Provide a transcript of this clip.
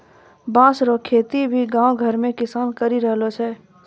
बाँस रो खेती भी गाँव घर मे किसान करि रहलो छै